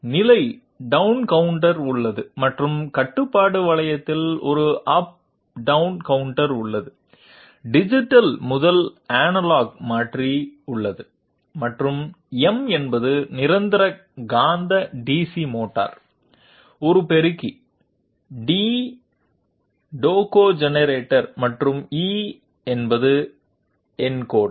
நிலை down counter உள்ளது மற்றும் கட்டுப்பாட்டு வளையத்திலும் ஒரு அப் டவுன் கவுண்டர் உள்ளது டிஜிட்டல் முதல் அனலாக் மாற்றி உள்ளது மற்றும் M என்பது நிரந்தர காந்த DC மோட்டார் ஒரு பெருக்கி D டேகோஜெனரேட்டர் மற்றும் E என்பது என்கோடர்